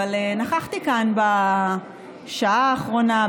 אבל נכחתי כאן בשעה האחרונה,